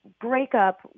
breakup